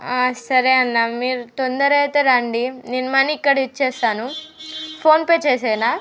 సరే అన్నా మీరు తొందరగా అయితే రండి నేను మనీ ఇక్కడ ఇచ్చేస్తాను ఫోన్ పే చేసేయనా